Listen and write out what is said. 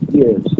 yes